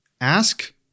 ask